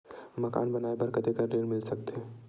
मकान बनाये बर कतेकन ऋण मिल सकथे?